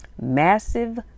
Massive